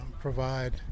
provide